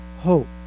hope